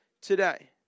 today